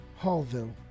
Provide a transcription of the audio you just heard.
Hallville